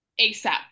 ASAP